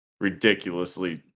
ridiculously